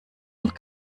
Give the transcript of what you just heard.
und